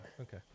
Okay